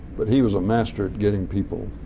but he was a master at getting people